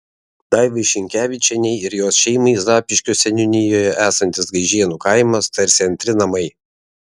daivai šinkevičienei ir jos šeimai zapyškio seniūnijoje esantis gaižėnų kaimas tarsi antri namai